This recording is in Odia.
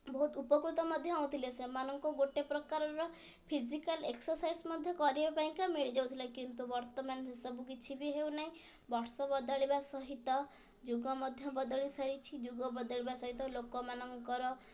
ବହୁତ ଉପକୃତ ମଧ୍ୟ ହେଉଥିଲେ ସେମାନଙ୍କୁ ଗୋଟେ ପ୍ରକାରର ଫିଜିକାଲ୍ ଏକ୍ସର୍ସାଇଜ୍ ମଧ୍ୟ କରିବା ପାଇଁକା ମିଳିଯାଉଥିଲା କିନ୍ତୁ ବର୍ତ୍ତମାନ ସେସବୁ କିଛି ବି ହେଉନାହିଁ ବର୍ଷ ବଦଳିବା ସହିତ ଯୁଗ ମଧ୍ୟ ବଦଳି ସାରିଛି ଯୁଗ ବଦଳିବା ସହିତ ଲୋକମାନଙ୍କର